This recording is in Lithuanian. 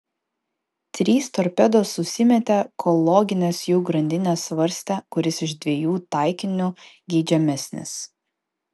trys torpedos susimėtė kol loginės jų grandinės svarstė kuris iš dviejų taikinių geidžiamesnis